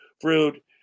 fruit